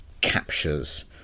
captures